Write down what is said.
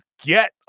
get